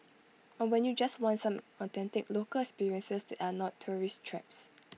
or when you just want some authentic local experiences are not tourist traps